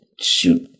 shoot